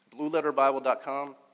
blueletterbible.com